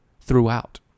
throughout